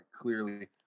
clearly